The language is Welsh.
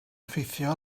effeithio